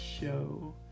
show